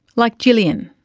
like gillian.